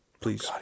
Please